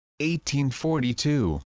1842